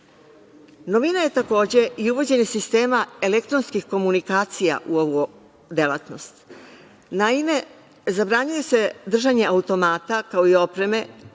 je takođe i uvođenje sistema elektronskih komunikacija u ovu delatnost. Naime, zabranjuje se držanje automata, kao i opreme